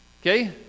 Okay